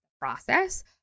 process